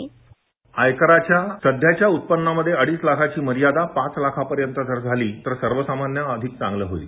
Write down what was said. sound bite आयकराच्या सध्याच्या उत्पव्नामध्ये अडीच लाखाची मर्यादा पाच लाखांपर्यंत जर झाली तर सर्वसामान्यांसाठी ते अधिक चांगल होईल